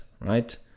right